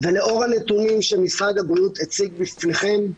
ולאור הנתונים שמשרד הבריאות הציג בפניכם,